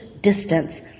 Distance